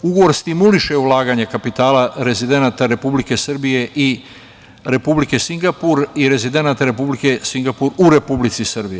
Ugovor stimuliše ulaganja kapitala rezidenata Republike Srbije i Republike Singapur i rezidenata Republike Singapur u Republici Srbiji.